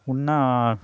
உன்னா